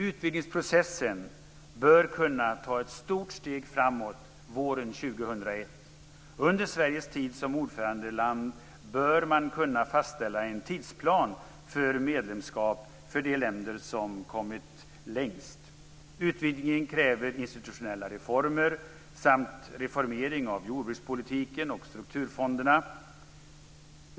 Utvidgningsprocessen bör kunna ta ett stort steg framåt våren 2001. Under Sveriges tid som ordförandeland bör man kunna fastställa en tidsplan för medlemskap för de länder som kommit längst. Utvidgningen kräver institutionella reformer samt reformering av jordbrukspolitiken och strukturfonderna.